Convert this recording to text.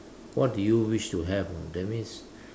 what do you wish to have you know that means